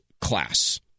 class